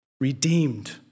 redeemed